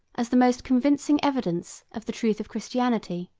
as the most convincing evidence of the truth of christianity.